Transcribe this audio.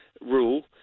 rule